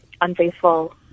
unfaithful